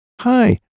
Hi